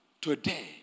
Today